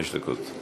חמש דקות.